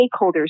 stakeholders